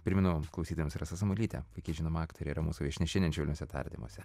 primenam klausytojams rasa samuolytė puikiai žinoma aktorė yra mūsų viešnia šiandien švelniuose tardymuose